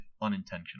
unintentional